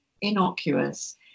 innocuous